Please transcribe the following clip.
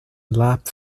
lap